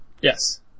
Yes